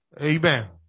Amen